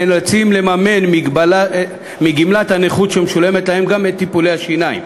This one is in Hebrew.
נאלצים לממן מגמלת הנכות שמשולמת להם גם את טיפולי השיניים,